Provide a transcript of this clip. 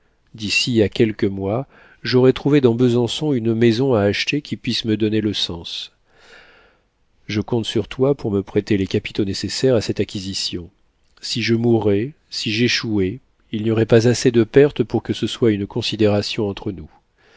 d'ici à quelques mois j'aurai trouvé dans besançon une maison à acheter qui puisse me donner le cens je compte sur toi pour me prêter les capitaux nécessaires à cette acquisition si je mourais si j'échouais il n'y aurait pas assez de perte pour que ce soit une considération entre nous